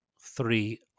three